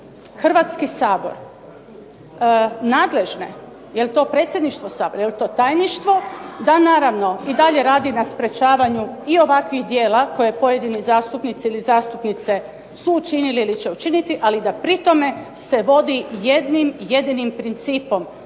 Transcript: Hrvatski sabor, nadležne, jel' to predsjedništvo Sabora, jel' to tajništvo da naravno i dalje radi na sprječavanju i ovakvih djela koje pojedini zastupnici ili zastupnice su učinili ili će učiniti, ali da pri tome se vodi jednim jedinim principom